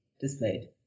displayed